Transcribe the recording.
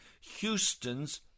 Houston's